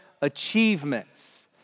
achievements